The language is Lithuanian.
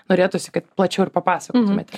norėtųsi kad plačiau ir papasakotumėte